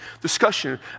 discussion